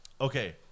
Okay